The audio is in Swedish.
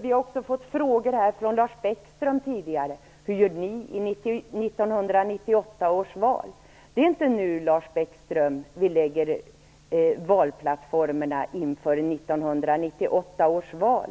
Vi har också fått frågor av Lars Bäckström här tidigare om hur vi skall göra i 1998 års val. Det är inte nu, Lars Bäckström, vi lägger fast valplattformen inför 1998 års val.